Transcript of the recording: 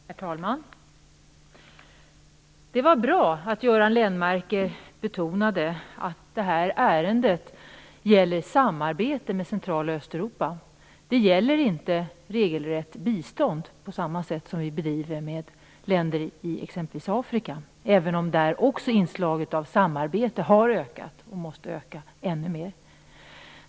Herr talman! Det var bra att Göran Lennmarker betonade att det här ärendet gäller samarbete med Central och Östeuropa. Det gäller inte regelrätt bistånd på det sätt som vi bedriver i länder i exempelvis Afrika, även om också där inslaget av samarbete har ökat och måste öka ännu mer.